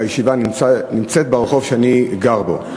הישיבה נמצאת ברחוב שאני גר בו.